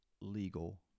legal